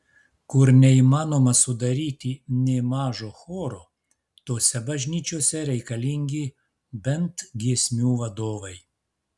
kur neįmanoma sudaryti nė mažo choro tose bažnyčiose reikalingi bent giesmių vadovai